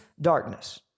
darkness